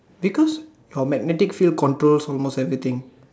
because your magnetic field controls almost everything